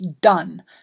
done